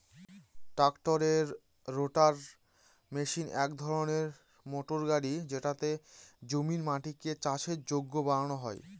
ট্রাক্টরের rotator machine এক ধরনের মোটর গাড়ি যেটাতে জমির মাটিকে চাষের যোগ্য বানানো হয়